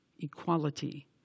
equality